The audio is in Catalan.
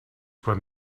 quan